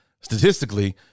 statistically